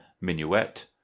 minuet